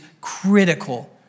critical